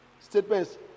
statements